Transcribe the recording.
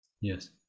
Yes